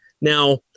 Now